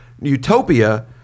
utopia